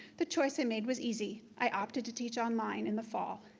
the choice i made was easy. i opted to teach online in the fall.